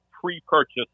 pre-purchase